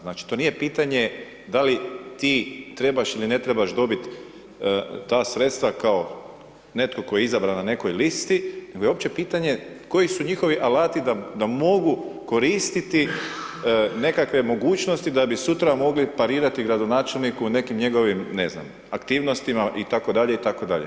Znači to nije pitanje da li ti trebaš ili ne trebaš dobiti ta sredstva kao netko tko je izabran na nekoj listi nego je uopće pitanje koji su njihovi alati da mogu koristiti nekakve mogućnosti da bi sutra mogli parirati gradonačelniku u nekim njegovim ne znam aktivnostima itd., itd.